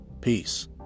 peace